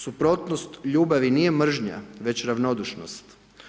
Suprotnost ljubavi nije mržnja, već ravnodušnost.